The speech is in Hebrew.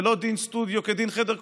ולא דין סטודיו כדין חדר כושר,